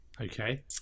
Okay